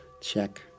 check